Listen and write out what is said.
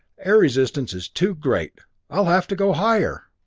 air resistance is too great! i'll have to go higher!